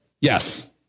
Yes